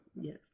Yes